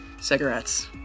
cigarettes